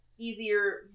Easier